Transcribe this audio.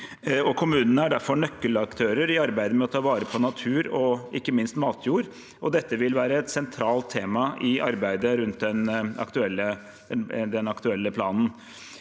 kommunene er derfor nøkkelaktører i arbeidet med å ta vare på natur og ikke minst matjord, og dette vil være et sentralt tema i arbeidet rundt den aktuelle planen.